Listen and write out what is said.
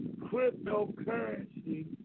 Cryptocurrency